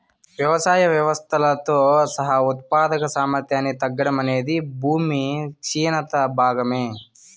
వ్యవసాయ వ్యవస్థలతో సహా ఉత్పాదక సామర్థ్యాన్ని తగ్గడం అనేది భూమి క్షీణత భాగమే